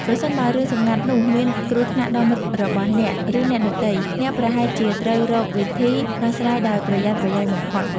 ប្រសិនបើរឿងសម្ងាត់នោះមានគ្រោះថ្នាក់ដល់មិត្តរបស់អ្នក ឬអ្នកដទៃ អ្នកប្រហែលជាត្រូវរកវិធីដោះស្រាយដោយប្រយ័ត្នប្រយែងបំផុត។